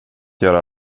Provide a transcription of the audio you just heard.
göra